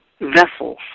vessels